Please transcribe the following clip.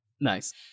Nice